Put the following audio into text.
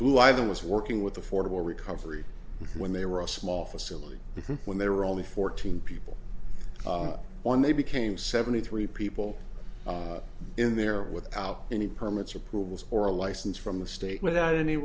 who either was working with affordable recovery when they were a small facility when they were only fourteen people when they became seventy three people in there without any permits approvals or a license from the state without any